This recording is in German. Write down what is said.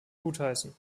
gutheißen